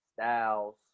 Styles